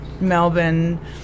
Melbourne